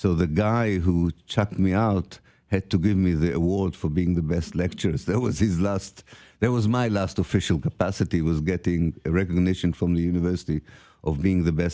so the guy who checked me out had to give me the award for being the best lecturers there was his last there was my last official capacity was getting recognition from the university of being the best